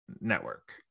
network